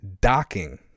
docking